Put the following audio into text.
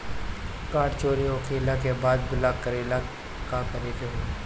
Card चोरी होइला के बाद ब्लॉक करेला का करे के होई?